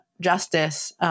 justice